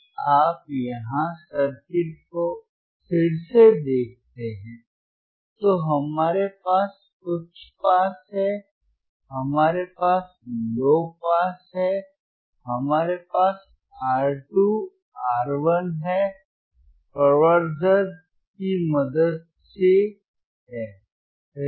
यदि आप यहां सर्किट को फिर से देखते हैं तो हमारे पास उच्च पास है हमारे पास लो पास है हमारे पास R2 R1 है प्रवर्धन की मदद से है सही